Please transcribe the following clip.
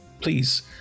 please